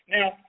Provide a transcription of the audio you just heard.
Now